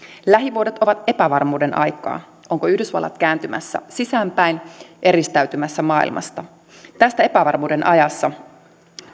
lähivuodet ovat epävarmuuden aikaa onko yhdysvallat kääntymässä sisäänpäin eristäytymässä maailmasta tässä epävarmuuden ajassa